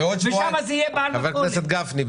חבר הכנסת גפני,